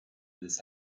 this